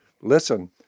listen